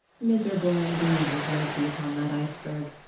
miserable indeed was loki upon that iceberg.